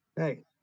Hey